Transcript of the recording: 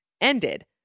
ended